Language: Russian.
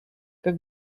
как